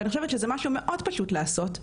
אני חושבת שזה משהו מאוד פשוט לעשות,